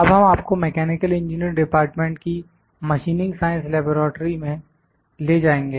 अब हम आपको मैकेनिकल इंजीनियरिंग डिपार्टमेंट की मशीनिंग साइंस लैबोरेट्री मे ले जाएंगे